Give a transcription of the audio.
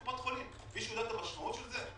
מישהו יודע את המשמעות של זה?